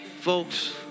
Folks